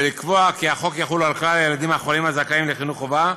ולקבוע כי החוק יחול על כלל הילדים החולים הזכאים לחינוך חובה,